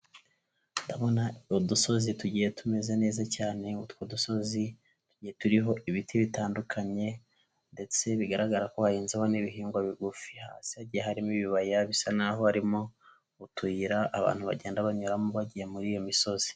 Ndabona udusozi tugiye tumeze neza cyane, utwo dusozi turiho ibiti bitandukanye ndetse bigaragara ko hahinzaho n'ibihingwa bigufi, hasi hagiye harimo ibibaya bisa n'aho harimo utuyira abantu bagenda banyuramo bagiye muri iyo misozi.